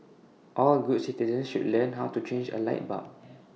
all good citizens should learn how to change A light bulb